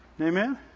Amen